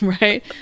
Right